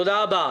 תודה רבה.